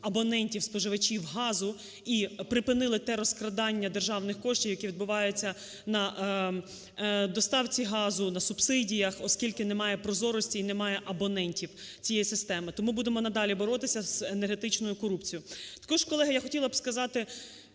абонентів споживачів газу і припинили те розкрадання державних коштів, які відбуваються на доставці газу, на субсидіях, оскільки немає прозорості і немає абонентів цієї системи. Тому будемо надалі боротися з енергетичною корупцією. Також, колеги, я хотіла б сказати: